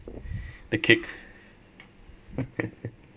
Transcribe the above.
the kick